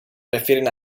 refieren